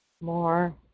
more